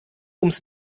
ums